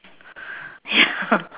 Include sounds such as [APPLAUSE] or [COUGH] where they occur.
ya [LAUGHS]